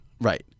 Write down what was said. Right